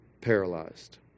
paralyzed